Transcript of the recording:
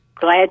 Glad